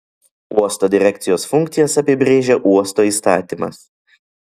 uosto direkcijos funkcijas apibrėžia uosto įstatymas